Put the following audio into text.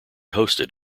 hosted